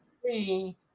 three